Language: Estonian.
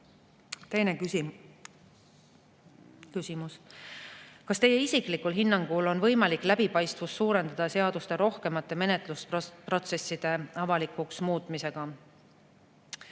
Teine küsimus: "Kas teie isiklikul hinnangul on võimalik läbipaistvust suurendada seaduste rohkemate menetlusprotsesside avalikuks muutmisega?"